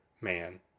man